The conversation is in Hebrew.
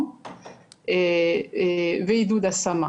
אלא אפשר להכשיר במקום העבודה.